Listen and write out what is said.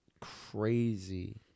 crazy